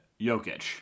Jokic